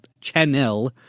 channel